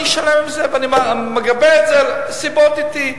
אני שלם עם זה ואני מגבה את זה והסיבות אתי.